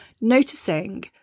noticing